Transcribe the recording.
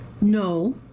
No